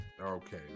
Okay